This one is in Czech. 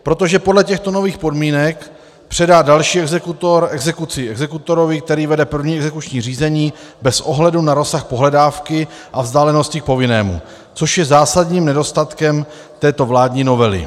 Protože podle těchto nových podmínek předá další exekutor exekuci exekutorovi, který vede první exekuční řízení, bez ohledu na rozsah pohledávky a vzdálenosti k povinnému, což je zásadním nedostatkem této vládní novely.